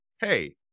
hey